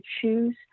choose